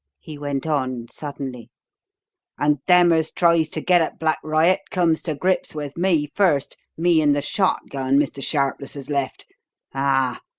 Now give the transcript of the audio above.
he went on suddenly and them as tries to get at black riot comes to grips with me first, me and the shotgun mr. sharpless has left ah.